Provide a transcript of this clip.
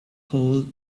hole